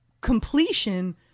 completion